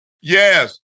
Yes